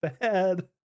bad